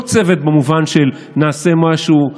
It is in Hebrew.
לא צוות במובן של "נעשה משהו,